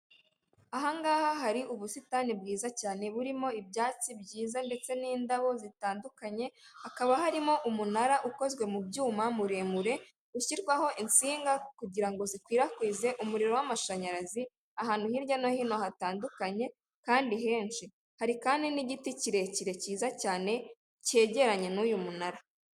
Aha ngaha hari ubusitani bwiza cyane, burimo ibyatsi byiza ndetse n'indabo zitandukanye, hakaba harimo umunara ukozwe mu byuma muremure, ushyirwaho insinga kugira ngo zikwirakwize umuriro w'amashanyarazi, ahantu hirya no hino hatandukanye kandi henshi. Hari kandi n'igiti kirekire cyiza cyane, cyegeranye n'uyu munara.